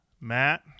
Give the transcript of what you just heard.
Matt